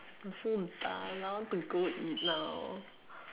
I'm so done I want to go eat now